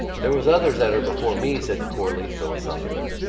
there was others at her before me, said corley philosophically.